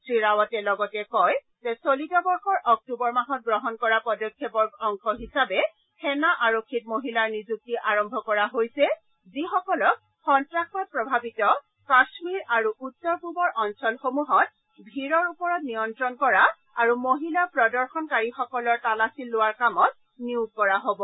শ্ৰীৰাৱটে লগতে কয় যে চলিত বৰ্ষৰ অক্টোবৰ মাহত গ্ৰহণ কৰা পদক্ষেপৰ অংশ হিচাপে সেনা আৰক্ষীত মহিলাৰ নিযুক্তি আৰম্ভ কৰা হৈছে যিসকলক সন্তাসবাদ প্ৰভাৱিত কাশ্মীৰ আৰু উত্তৰ পুবৰ অঞ্চলসমূহত ভীৰৰ ওপৰত নিয়ন্ত্ৰণ কৰা আৰু মহিলা প্ৰদৰ্শনকাৰীসকলৰ তালাচী লোৱাৰ কামত নিয়োগ কৰা হব